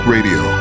Radio